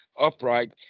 upright